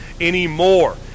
anymore